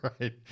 Right